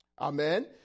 Amen